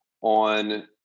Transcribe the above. on